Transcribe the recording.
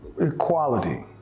Equality